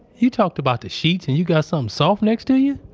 you talked about the sheets and you got some soft next to you